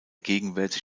gegenwärtig